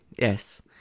Yes